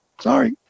sorry